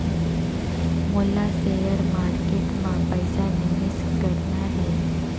मोला share market मां पइसा निवेश करना हे?